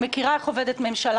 אני מכירה איך עובדת ממשלה,